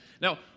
Now